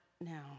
now